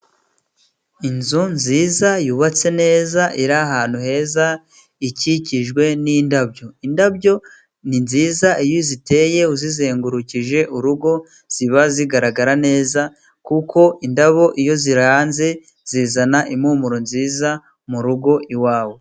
Inzu nziza yubatse neza, iri ahantu heza, ikikijwe n'inindabyo. Indabyo ni nziza, iyo uziteye uzizengurukije urugo, ziba zigaragara neza kuko indabo iyo ziranze, zizana impumuro nziza murugo iwawe.